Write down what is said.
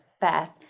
Beth